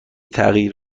تغییر